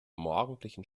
morgendlichen